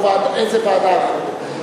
או איזו ועדה אחרת.